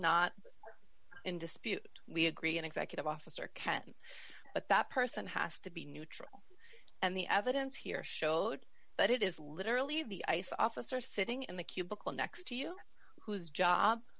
not in dispute we agree an executive officer can but that person has to be neutral and the evidence here showed that it is literally the ice officer sitting in the cubicle next to you whose job